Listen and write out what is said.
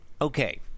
okay